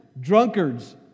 drunkards